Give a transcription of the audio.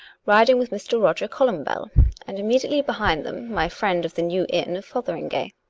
riding with mr. roger columbell and immediately behind them my friend of the new inn of fotheringay.